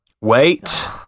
Wait